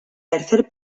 tercer